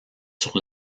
sur